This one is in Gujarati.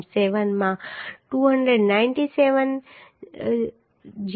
7 માં 297 0